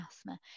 asthma